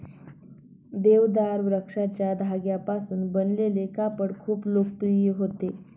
देवदार वृक्षाच्या धाग्यांपासून बनवलेले कापड खूप लोकप्रिय होते